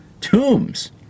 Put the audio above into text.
Tombs